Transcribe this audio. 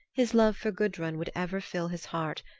his love for gudrun would ever fill his heart,